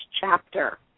chapter